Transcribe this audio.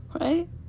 right